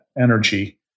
energy